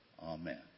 Amen